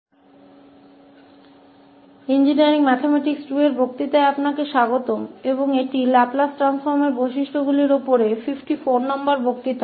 तो इंजीनियरिंग गणित II पर व्याख्यान में आपका स्वागत है और यह लैपलेस ट्रांसफॉर्म के गुणों पर व्याख्यान संख्या 54 है